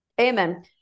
Amen